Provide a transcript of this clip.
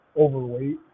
overweight